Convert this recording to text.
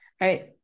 right